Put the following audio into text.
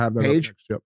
page